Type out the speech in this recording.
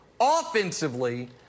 Offensively